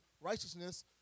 righteousness